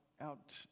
out